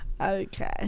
Okay